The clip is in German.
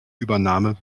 übernahme